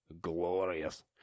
Glorious